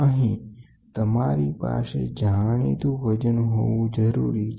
અહીં તમારી પાસે જાણીતું વજન હોવું જરૂરી છે